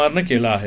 आरनं केला आहे